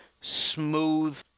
smooth